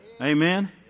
Amen